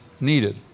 needed